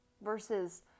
versus